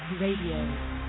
Radio